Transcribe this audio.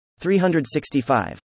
365